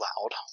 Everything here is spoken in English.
loud